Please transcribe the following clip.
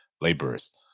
laborers